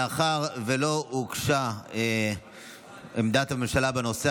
מאחר שלא הוגשה עמדת הממשלה בנושא,